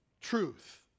truth